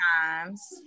times